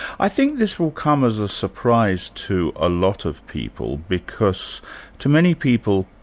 i think this will come as a surprise to a lot of people because to many people,